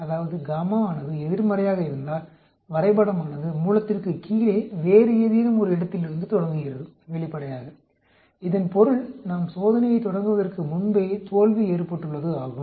அதாவது ஆனது எதிர்மறையாக இருந்தால் வரைபடமானது மூலத்திற்குக் கீழே வேறு ஏதேனும் ஒரு இடத்திலிருந்து தொடங்குகிறது வெளிப்படையாக இதன் பொருள் நாம் சோதனையைத் தொடங்குவதற்கு முன்பே தோல்வி ஏற்பட்டுள்ளது ஆகும்